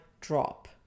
drop